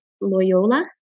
Loyola